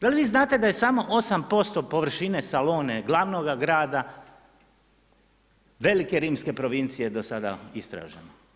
Da li vi znate da je samo 8% površine Salone, glavnoga grada velike rimske provincije do sada istraženo?